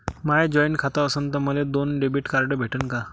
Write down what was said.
माय joint खातं असन तर मले दोन डेबिट कार्ड भेटन का?